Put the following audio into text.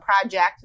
project